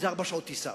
זה ארבע שעות טיסה.